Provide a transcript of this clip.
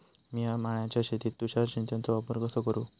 मिया माळ्याच्या शेतीत तुषार सिंचनचो वापर कसो करू?